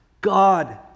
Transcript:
God